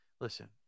Listen